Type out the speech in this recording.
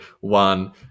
one